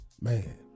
man